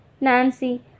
Nancy